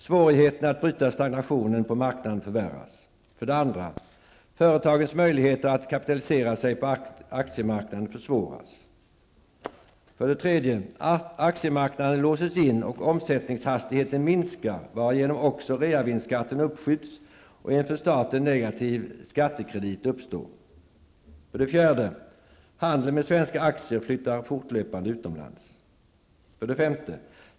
Svårigheten att bryta stagnationen på marknaden ökar. 2. Företagens möjligheter att kapitalisera sig på aktiemarknaden minskar. 3. Aktiemarknaden låses in, och omsättningshastigheten minskar, varigenom också reavinstskatten uppskjuts och en för staten negativ skattekredit uppstår. 4. Handeln med svenska aktier flyttar fortlöpande utomlands. 5.